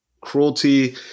cruelty